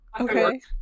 Okay